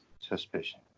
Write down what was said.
Suspicion